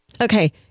Okay